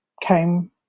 came